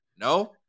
no